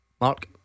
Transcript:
Mark